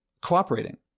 cooperating